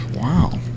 Wow